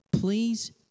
please